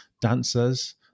dancers